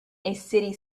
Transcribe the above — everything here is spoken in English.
city